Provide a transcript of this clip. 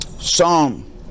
Psalm